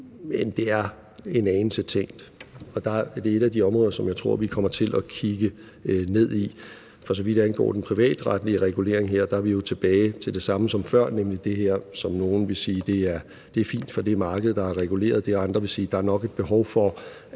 men det er en anelse tænkt. Og det er et af de områder, som jeg tror vi kommer til at kigge ned i. Kl. 16:00 For så vidt angår den privatretlige regulering, er vi jo tilbage til det samme som før, nemlig det her med, at nogle vil sige, at det er fint, for det er markedet, der har reguleret det. Og andre vil sige, at der nok er et behov for,